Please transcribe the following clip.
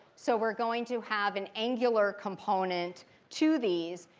so we're going to have an angular component to these.